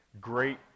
great